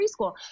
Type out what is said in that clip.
preschool